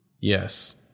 Yes